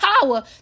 power